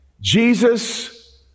Jesus